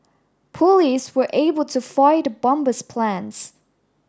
police were able to foil the bomber's plans